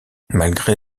malgré